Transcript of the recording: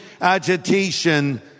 agitation